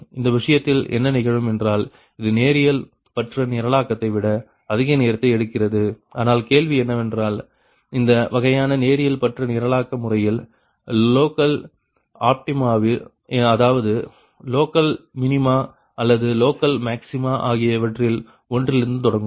அந்த விஷயத்தில் என்ன நிகழும் என்றால் இது நேரியல்பற்ற நிரலாக்கத்தை விட அதிக நேரத்தை எடுக்கிறது ஆனால் கேள்வி என்னவென்றால் இந்த வகையான நேரியல்பற்ற நிரலாக்க முறையில் லோக்கல் ஆப்டிமாவில் அதாவது லோக்கல் மினிமா அல்லது லோக்கல் மேக்ஸிமா ஆகிய இவற்றில் ஒன்றிலிருந்து தொடங்கும்